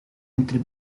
entre